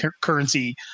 currency